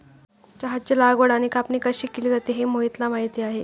चहाची लागवड आणि कापणी कशी केली जाते हे मोहितला माहित आहे